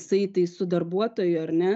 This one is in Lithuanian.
saitais su darbuotoju ar ne